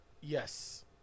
Yes